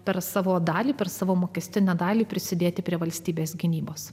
per savo dalį per savo mokestinę dalį prisidėti prie valstybės gynybos